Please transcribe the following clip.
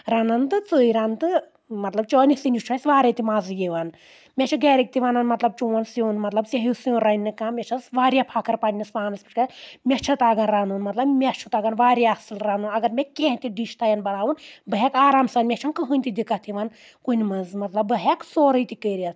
رنان تہٕ ژٕ رَن تہٕ مطلب چٲنِس سِنِس چھُ اَسہِ واریاہ تہِ مَزٕ یِوان مےٚ چھِ گَرِکۍ تہِ وَنان مطلب چون سیُن مطلب ژےٚ سیُن رَننہٕ کانٛہہ مےٚ چھَس واریاہ فخر پنٕنِس پانَس پؠٹھ مےٚ چھ تَگان رَنُن مطلب مےٚ چھُ تَگان واریاہ اَصٕل رَنُن اگر مےٚ کینٛہہ تہِ ڈِش تیٚن بَناوُن بہٕ ہؠکہٕ آرام سان مےٚ چھُنہٕ کٕہٕیٖنۍ تہِ دِکت یِوان کُنہِ منٛز مطلب بہٕ ہؠکہٕ سورُے تہِ کٔرِتھ